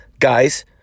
Guys